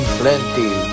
plenty